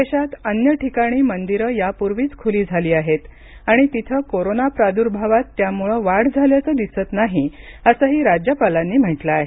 देशात अन्य ठिकाणी मंदिरं यापूर्वीच खुली झाली आहेत आणि तिथं कोरोना प्रादुर्भावात त्यामुळे वाढ झाल्याचं दिसत नाही असंही राज्यपालांनी म्हटलं आहे